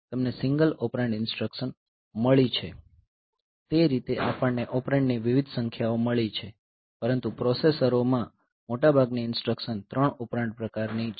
તમને single operand instruction મળી છે તે રીતે આપણને ઓપરેન્ડની વિવિધ સંખ્યાઓ મળી છે પરંતુ ARM પ્રોસેસરો માં મોટાભાગની ઇન્સટ્રકશન 3 ઓપરેન્ડ પ્રકારની છે